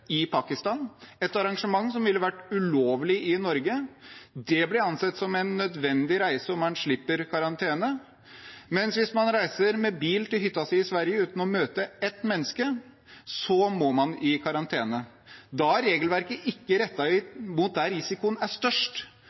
i Pakistan, et arrangement som ville vært ulovlig i Norge. Det blir ansett som en nødvendig reise, og man slipper karantene. Men hvis man reiser med bil til hytta si i Sverige uten å møte et menneske, må man i karantene. Da er regelverket ikke rettet mot der risikoen er størst.